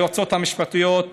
ליועצות המשפטיות,